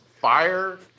fire